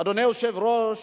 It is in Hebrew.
אדוני היושב-ראש,